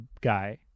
guy